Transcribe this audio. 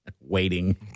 waiting